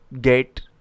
get